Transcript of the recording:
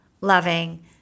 loving